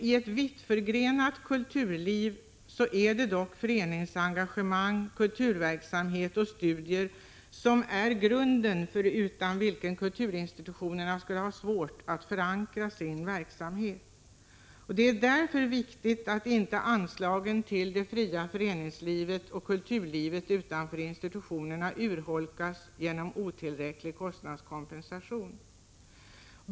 I ett vitt förgrenat kulturliv utgör dock föreningsengagemang, kulturverksamhet och studier en grund förutan vilken kulturinstitutionerna skulle ha svårt att förankra sin verksamhet. Det är därför viktigt att inte anslagen till det fria föreningslivet och kulturlivet utanför institutionerna urholkas genom otillräcklig kostnadskompensation.